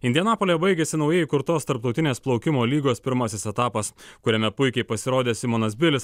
indianapolyje baigėsi naujai įkurtos tarptautinės plaukimo lygos pirmasis etapas kuriame puikiai pasirodė simonas bilis